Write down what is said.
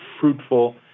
fruitful